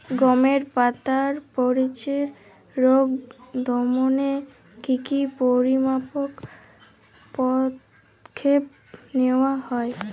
গমের পাতার মরিচের রোগ দমনে কি কি পরিমাপক পদক্ষেপ নেওয়া হয়?